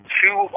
two